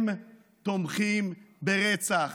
הם תומכים ברצח.